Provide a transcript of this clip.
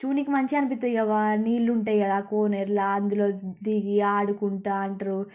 చూనీకి మంచిగా అనిపిస్తాయి ఇక నీళ్ళు ఉంటాయి కదా ఆ కోనేరులో అందులో దిగీ ఆడుకుంటూ ఉంటారు